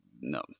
no